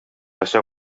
așa